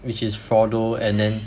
which is Frodo and then